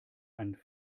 einen